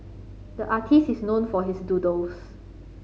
the artist is known for his doodles